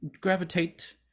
gravitate